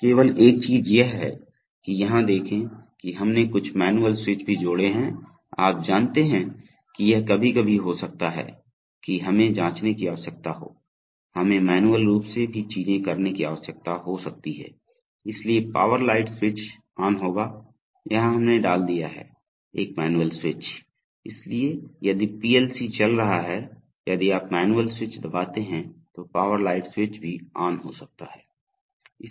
तो केवल एक चीज यह है कि यहां देखें कि हमने कुछ मैनुअल स्विच भी जोड़े हैं आप जानते हैं कि यह कभी कभी हो सकता है कि हमें जांचने की आवश्यकता हो हमें मैन्युअल रूप से भी चीजें करने की आवश्यकता हो सकती है इसलिए पावर लाइट स्विच ऑन होगा यहां हमने डाल दिया है एक मैनुअल स्विच इसलिए यदि पीएलसी चल रहा है यदि आप मैनुअल स्विच दबाते हैं तो पावर लाइट स्विच भी ऑन हो सकता है